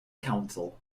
council